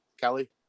Kelly